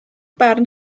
barn